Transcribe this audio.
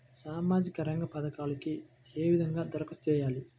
సామాజిక రంగ పథకాలకీ ఏ విధంగా ధరఖాస్తు చేయాలి?